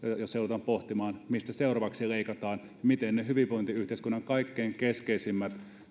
jossa joudutaan pohtimaan mistä seuraavaksi leikataan miten ne hyvinvointiyhteiskunnan kaikkein keskeisimmät